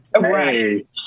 Right